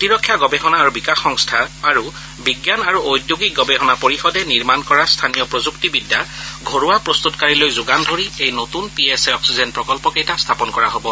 প্ৰতিৰক্ষা গৱেষণা আৰু বিকাশ সংস্থা আৰু বিজ্ঞান আৰু ওদ্যোগিক গৱেষণা পৰিষদে নিৰ্মাণ কৰা স্থানীয় প্ৰযুক্তিবিদ্যা ঘৰুৱা প্ৰস্ততকাৰীলৈ যোগান ধৰি এই নতুন পি এছ এ অক্সিজেন প্ৰকল্পকেইটা স্থাপন কৰা হ'ব